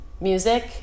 music